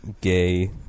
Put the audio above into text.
gay